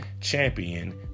champion